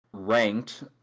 Ranked